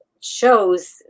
shows